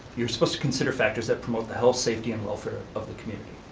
you're supposed to consider factors that promote the health, safety, and welfare of the community.